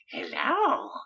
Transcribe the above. Hello